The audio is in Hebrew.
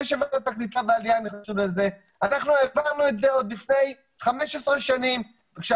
אנחנו העברנו את זה עוד לפני 15 שנים עת